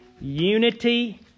unity